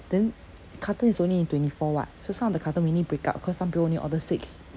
then carton is only in twenty four [what] so some of the carton we need to break up cause some people only order six